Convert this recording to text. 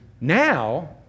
Now